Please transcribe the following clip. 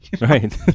Right